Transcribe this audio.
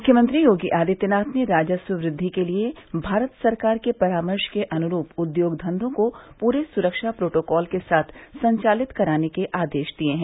मुख्यमंत्री योगी आदित्यनाथ ने राजस्व वृद्वि के लिए भारत सरकार के परामर्श के अनुरूप उद्योग धन्यों को पूरे सुरक्षा प्रोटोकॉल के साथ संचालित कराने के आदेश दिये हैं